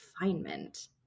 refinement